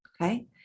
Okay